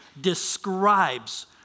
describes